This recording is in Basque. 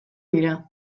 dira